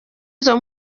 izo